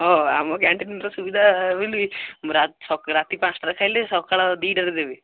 ହଁ ଆମ କ୍ୟାଣ୍ଟିନ୍ର ତ ସୁବିଧା ବୋଲି ରାତି ପାଞ୍ଚଟାରେ ଖାଇଲେ ସକାଳ ଦୁଇଟାରେ ଦେବେ